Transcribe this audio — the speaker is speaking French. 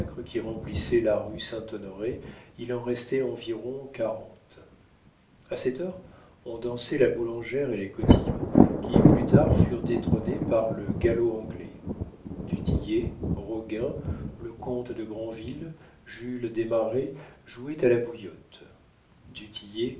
qui remplissaient la rue saint-honoré il en restait environ quarante a cette heure on dansait la boulangère et les cotillons qui plus tard furent détrônés par le galop anglais du tillet roguin le comte de grandville jules desmarets jouaient à la bouillotte